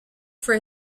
for